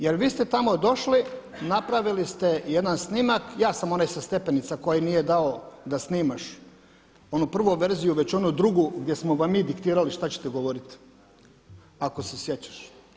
Jer vi ste tamo došli, napravili ste jedan snimak, ja sam onaj sa stepenica koji nije dao da snimaš onu prvu verziju već onu drugu gdje smo vam mi diktirali šta ćete govoriti ako se sjećaš.